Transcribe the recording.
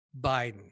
biden